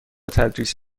تدریس